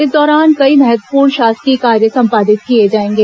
इस दौरान कई महत्वपूर्ण शासकीय कार्य संपादित किए जाएंगे